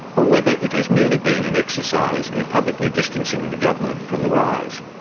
or whether it has merely been an exercise in publicly distancing the government from the rise.